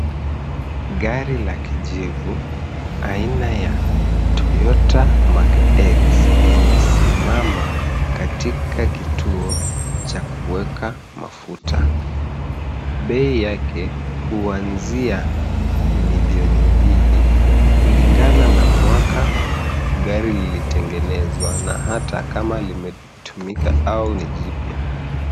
Gari la kijivu , aina ya Toyota Mark X limesimama katika kituo cha kuweka mafuta. Bei yake huanzia milioni mbili kulingana na mwaka gari lilitengenezwa na hata kama limetumika au ni jipya.